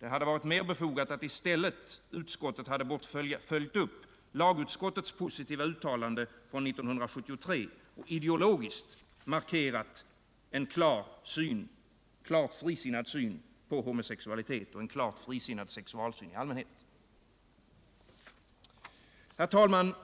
Det hade varit mer befogat att utskottet följt upp lagutskottets positiva uttalande från 1973 och ideologiskt markerat en klart frisinnad syn på homosexualitet och en frisinnad sexualsyn i allmänhet. Herr talman!